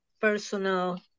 personal